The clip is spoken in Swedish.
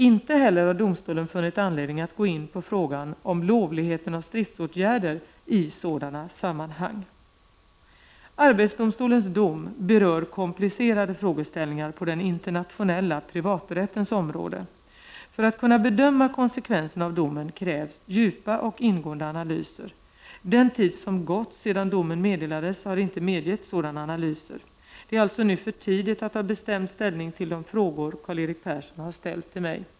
Inte heller har domstolen funnit anledning att gå in på frågan om lovligheten av stridsåtgärder i sådana sammanhang, Arbetsdomstolens dom berör komplicerade frågeställningar på den internationella privaträttens område. För att kunna bedöma konsekvenserna av domen krävs djupa och ingående analyser. Den tid som gått sedan domen meddelades har inte medgett sådana analyser. Det är alltså nu för tidigt att ta bestämd ställning till de frågor Karl-Erik Persson har ställt till mig.